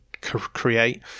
create